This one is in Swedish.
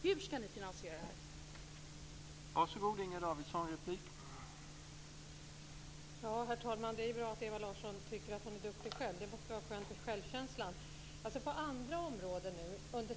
Hur skall ni finansiera detta museum?